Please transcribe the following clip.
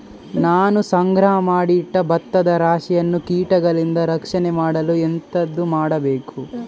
ನಾನು ಸಂಗ್ರಹ ಮಾಡಿ ಇಟ್ಟ ಭತ್ತದ ರಾಶಿಯನ್ನು ಕೀಟಗಳಿಂದ ರಕ್ಷಣೆ ಮಾಡಲು ಎಂತದು ಮಾಡಬೇಕು?